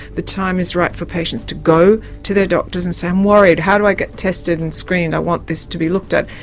the time is right for patients to go to their doctors and say i'm worried, how do i get tested and screened, i want this to be looked at.